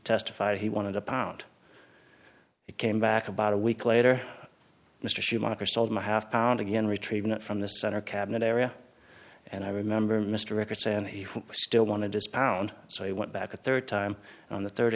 testified he wanted a pound it came back about a week later mr schumacher sold my half pound again retrieved from the center cabinet area and i remember mr record saying he still wanted despond so he went back a third time on the third